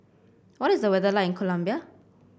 what is the weather like in Colombia